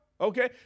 okay